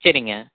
சரிங்க